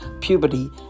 puberty